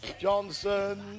Johnson